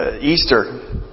Easter